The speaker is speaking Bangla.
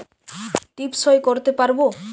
টিপ সই করতে পারবো?